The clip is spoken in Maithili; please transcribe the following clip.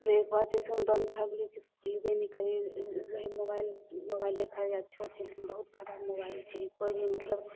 एकबेर तऽ अइसन बन्द भै गेलै कि खुलबे नहि करै रहै मोबाइल मोबाइले खाली अच्छो छै लेकिन बहुत खराब मोबाइल छै कोइ भी मतलब